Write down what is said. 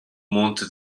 monte